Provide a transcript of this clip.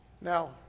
Now